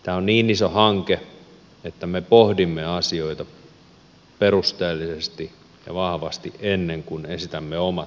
tämä on niin iso hanke että me pohdimme asioita perusteellisesti ja vahvasti ennen kuin esitämme omat linjamme